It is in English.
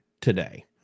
today